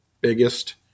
biggest